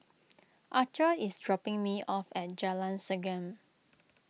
Archer is dropping me off at Jalan Segam